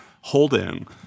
holding